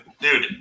dude